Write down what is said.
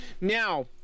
Now